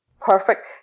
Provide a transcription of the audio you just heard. perfect